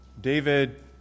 David